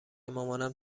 مامانم